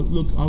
Look